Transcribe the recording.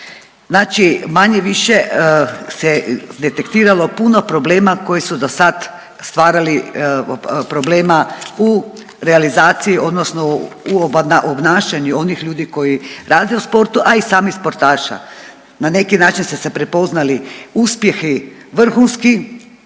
Znači manje-više se detektiralo puno problema koji su dosad stvarali problema u realizaciji odnosno u obnašanju onih ljudi koji rade u sportu, a i samih sportaša, na neki način su se prepoznali uspjehi vrhunski,